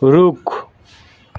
रुख